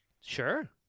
Sure